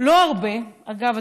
לא הרבה, אגב.